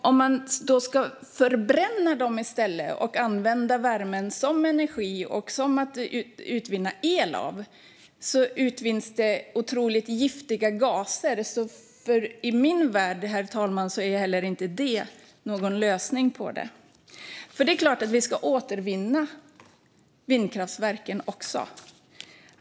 Om man i stället skulle förbränna dem och använda värmen som energi och utvinna el av den skulle det bildas otroligt giftiga gaser. I min värld, herr talman, är inte heller det någon lösning. Det är klart att vi ska återvinna vindkraftverken.